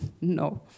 no